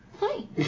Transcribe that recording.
Hi